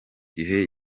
gihe